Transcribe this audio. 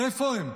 איפה הם?